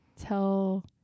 tell